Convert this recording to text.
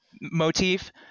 motif